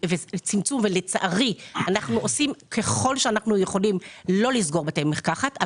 אנחנו עושים ככל שאנחנו יכולים לא לסגור בתי מרקחת,